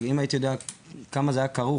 אם הייתי יודע במה זה יהיה כרוך,